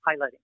highlighting